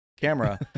camera